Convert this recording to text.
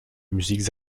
musiques